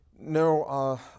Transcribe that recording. No